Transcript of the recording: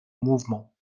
mouvement